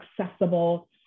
accessible